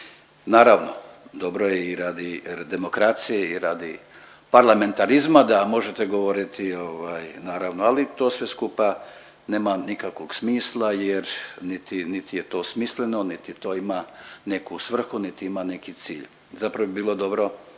Naravno, dobro je i radi demokracije i radi parlamentarizma da možete govoriti ovaj naravno ali to sve skupa nema nikakvog smisla jer niti niti je to smisleno niti to ima neku svrhu niti ima neki cilj. Zapravo bi bilo dobro